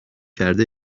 کرده